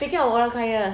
speaking of orang kaya